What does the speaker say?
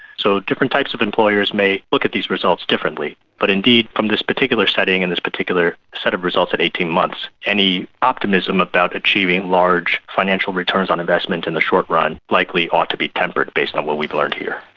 so different types of employers may look at these results differently. but indeed from this particular setting and this particular set of results at eighteen months, any optimism about achieving large financial returns on investment in the short run likely ought to be tempered based on what we've learned here.